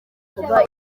kuba